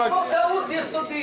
יש פה טעות יסודית.